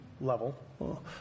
level